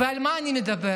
ועל מה אני מדברת?